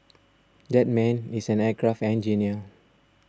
that man is an aircraft engineer